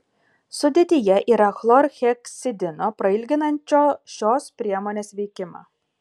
sudėtyje yra chlorheksidino prailginančio šios priemonės veikimą